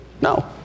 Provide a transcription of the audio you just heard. No